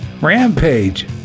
rampage